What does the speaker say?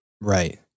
Right